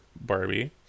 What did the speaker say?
Barbie